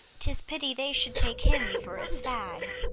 tis pity they should take him for a stag.